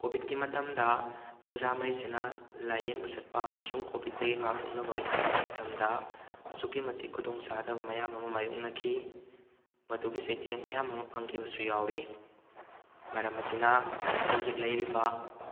ꯀꯣꯕꯤꯠꯀꯤ ꯃꯇꯝꯗ ꯄ꯭ꯔꯖꯥꯃꯩꯁꯤꯅ ꯂꯥꯏꯌꯦꯡꯕ ꯆꯠꯄ ꯑꯃꯁꯨꯡ ꯀꯣꯕꯤꯠꯇꯒꯤ ꯉꯥꯛꯊꯣꯛꯅꯕ ꯍꯣꯠꯅꯕ ꯃꯇꯝꯗ ꯑꯁꯨꯛꯀꯤ ꯃꯇꯤꯛ ꯈꯨꯗꯣꯡ ꯆꯥꯗꯕ ꯃꯌꯥꯝ ꯑꯃ ꯃꯥꯏꯌꯣꯛꯅꯈꯤ ꯃꯗꯨꯒꯤ ꯆꯩꯊꯦꯡ ꯃꯌꯥꯝ ꯑꯃ ꯐꯪꯈꯤꯕꯁꯨ ꯌꯥꯎꯔꯤ ꯃꯔꯝ ꯑꯁꯤꯅ ꯍꯧꯖꯤꯛ ꯂꯩꯔꯤꯕ